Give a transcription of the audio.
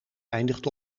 eindigt